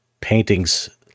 paintings